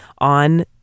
on